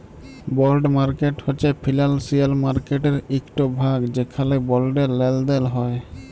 বল্ড market হছে financial মার্কেটের ইকট ভাগ যেখালে বল্ডের লেলদেল হ্যয়